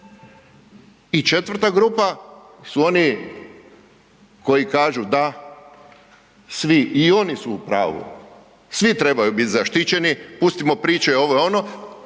I četvrta grupa su oni koji kažu da svi, i oni su u pravu, svi trebaju bit zaštićeni, pustimo priče ovo, ono,